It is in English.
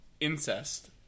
incest